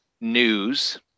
news